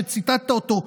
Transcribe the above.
שציטטת אותו,